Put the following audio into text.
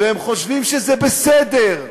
והם חושבים שזה בסדר,